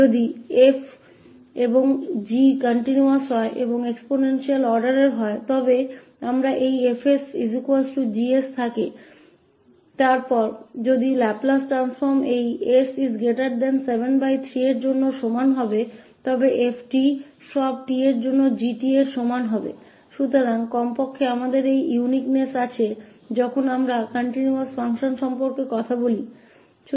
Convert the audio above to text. यदि f और g continuous हैं और exponential क्रम के हैं और फिर यदि हमारे पास यह 𝐹𝑠 G𝑠 है यदि इसलिए लाप्लास परिवर्तन बराबर है ss0 के तो f𝑡 भी 𝑔 के बराबर होगा सभी t के लिए तो कम से कम हमारे पास यह विशिष्टता है जब हम continuous फंक्शन के बारे में बात कर रहे हैं